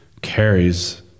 carries